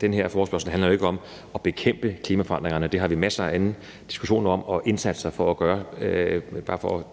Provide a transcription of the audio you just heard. den her forespørgsel handler jo ikke om at bekæmpe klimaforandringerne. Det har vi masser af andre diskussioner om og indsatser for at gøre, bare for at